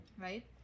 right